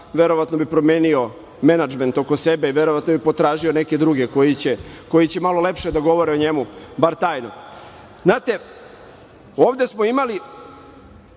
verovatno bi promenio menadžment oko sebe i potražio neke druge koji će malo lepše da govore o njemu, bar tajno. Znate, ovde smo imali